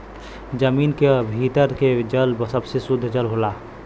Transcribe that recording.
जमीन क भीतर के जल सबसे सुद्ध जल होला